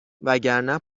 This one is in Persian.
وگرنه